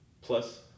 Plus